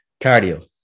Cardio